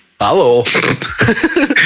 Hello